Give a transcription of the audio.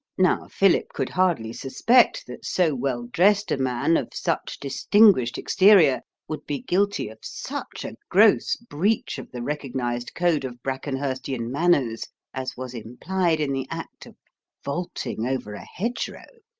now philip could hardly suspect that so well dressed a man of such distinguished exterior would be guilty of such a gross breach of the recognised code of brackenhurstian manners as was implied in the act of vaulting over a hedgerow.